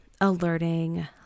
alerting